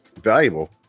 valuable